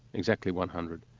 exactly one hundred.